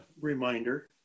reminder